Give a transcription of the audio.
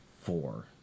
four